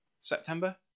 September